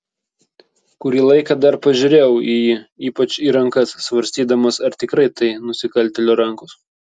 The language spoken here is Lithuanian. kurį laiką dar pažiūrėjau į jį ypač į rankas svarstydamas ar tikrai tai nusikaltėlio rankos